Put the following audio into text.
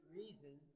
reason